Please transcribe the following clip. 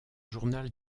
journal